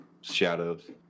Shadows